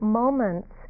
moments